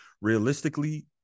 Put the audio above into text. realistically